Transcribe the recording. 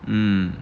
um